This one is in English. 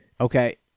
Okay